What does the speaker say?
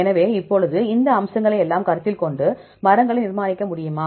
எனவே இப்போது இந்த அம்சங்களை எல்லாம் கருத்தில் கொண்டு மரங்களை நிர்மாணிக்க முடியுமா